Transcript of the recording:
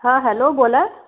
हां हॅलो बोला